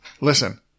Listen